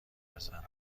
بزن